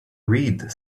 read